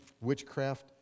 witchcraft